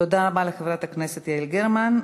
תודה רבה לחברת הכנסת יעל גרמן.